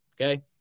Okay